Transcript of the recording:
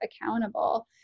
accountable